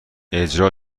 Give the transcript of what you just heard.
اجرا